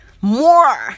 More